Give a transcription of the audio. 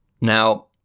Now